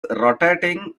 rotating